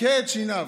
"הקהה את שיניו".